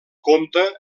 comte